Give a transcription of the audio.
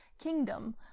kingdom